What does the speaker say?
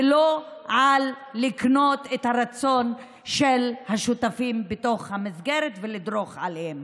ולא על לקנות את הרצון של השותפים בתוך המסגרת ולדרוך עליהם.